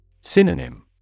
Synonym